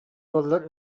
буоллар